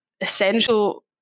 essential